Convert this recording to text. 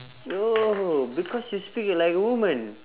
oh because you speak like woman